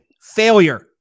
failure